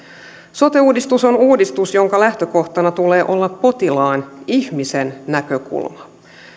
sote uudistus on uudistus jonka lähtökohtana tulee olla potilaan ihmisen näkökulma